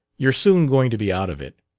you're soon going to be out of it.